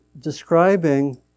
describing